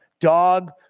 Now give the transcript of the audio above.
dog